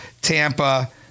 Tampa